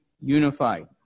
unified